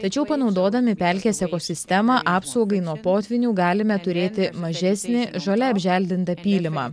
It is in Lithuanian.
tačiau panaudodami pelkės ekosistemą apsaugai nuo potvynių galime turėti mažesnį žole apželdintą pylimą